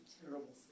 terrible